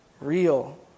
real